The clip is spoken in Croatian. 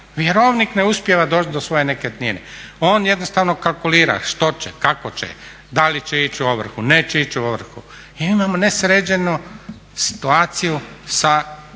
vjerovnik ne uspijeva doći do svoje nekretnine, on jednostavno kalkulira što će, kako će, da li će ići u ovrhu, neće ići u ovrhu i imamo nesređenu situaciju sa dugovima